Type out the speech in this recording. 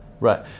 Right